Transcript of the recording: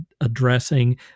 addressing